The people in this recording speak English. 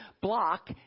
block